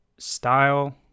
Style